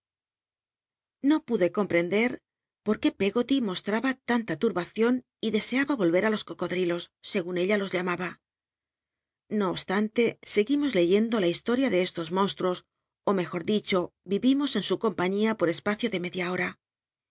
xo pude comprender por qué pcggol mostraba tanta tlll'bacion y deseaba ohe ü los crocroclios s gun ella los llamaba i'io obstante seguimos leyendo la historia de c los monstuos mejor dicho ír imos en su compaiiía por e pacio de edia a